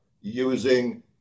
using